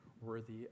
worthy